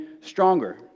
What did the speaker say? stronger